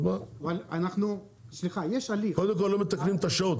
יש הליך --- קודם כל לא מתקנים את השעות,